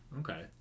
Okay